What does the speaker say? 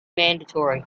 mandatory